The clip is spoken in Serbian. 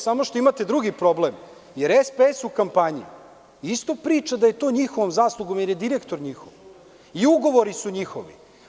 Samo što imate drugi problem, jer SPS u kampanji isto priča da je to njihovom zaslugom, jer je direktor njihov, i ugovori su njihovi.